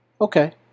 okay